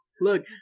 Look